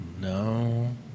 No